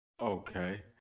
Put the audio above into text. Okay